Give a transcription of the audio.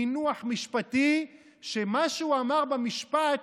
מינוח משפטי, שמה שהוא אמר במשפט,